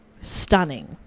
stunning